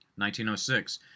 1906